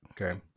okay